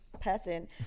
person